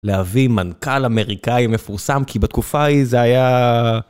להביא מנכ"ל אמריקאי מפורסם, כי בתקופה היא זה היה...